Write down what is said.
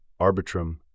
Arbitrum